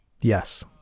Yes